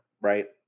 right